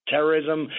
terrorism